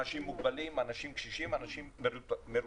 אנשים מוגבלים, אנשים קשישים, אנשים מרותקים.